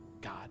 God